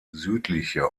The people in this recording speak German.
südliche